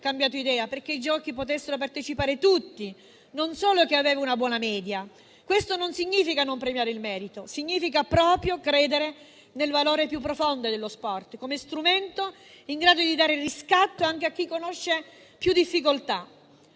cambiato idea, perché ai giochi potessero partecipare tutti, non solo chi aveva una buona media. Questo non significa non premiare il merito, ma credere nel valore più profondo dello sport come strumento in grado di dare riscatto anche a chi conosce più difficoltà.